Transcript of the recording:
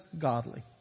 godly